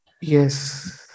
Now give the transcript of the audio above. Yes